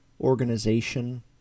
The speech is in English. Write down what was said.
organization